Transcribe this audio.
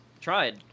tried